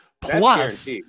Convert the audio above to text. plus